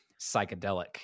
psychedelic